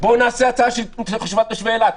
בואו נעשה הצעה לרווחת תושבי אילת.